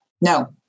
No